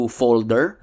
folder